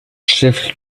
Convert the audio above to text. chef